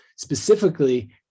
specifically